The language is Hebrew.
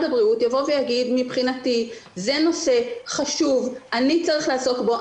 בריאות יבוא ויגיד שמבחינתו זה נושא חשוב והוא צריך לעסוק בו,